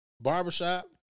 barbershop